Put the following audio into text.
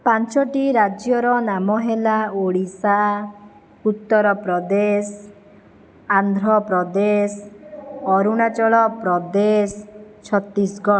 ପାଞ୍ଚଟି ରାଜ୍ୟର ନାମ ହେଲା ଓଡ଼ିଶା ଉତ୍ତରପ୍ରଦେଶ ଆନ୍ଧ୍ରପ୍ରଦେଶ ଅରୁଣାଚଳପ୍ରଦେଶ ଛତିଶଗଡ଼